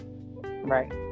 Right